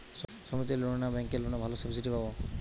সমিতির লোন না ব্যাঙ্কের লোনে ভালো সাবসিডি পাব?